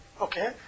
Okay